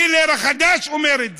גלר החדש אומר את זה.